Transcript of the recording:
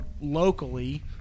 locally